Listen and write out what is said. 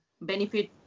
benefit